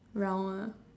round